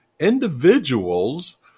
individuals